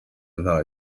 nta